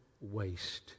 waste